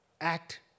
act